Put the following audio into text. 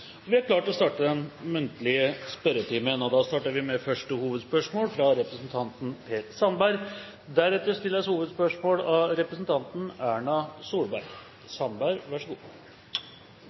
vi er klare til å starte den muntlige spørretimen. Vi starter med første hovedspørsmål, fra representanten Per Sandberg.